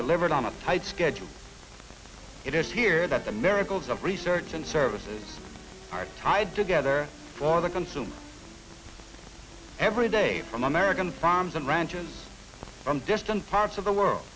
delivered on a tight schedule it is here that the miracles of research and services are tied together for the consumer every day from american farms and ranches from distant parts of the world